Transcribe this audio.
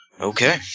Okay